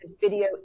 video